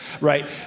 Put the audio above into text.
right